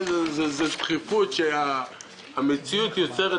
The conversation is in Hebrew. זה דחיפות, שהמציאות יוצרת